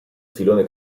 filone